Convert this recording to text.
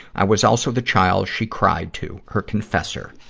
i was also the child she cried to, her confessor.